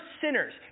sinners